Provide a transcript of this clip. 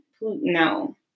No